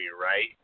right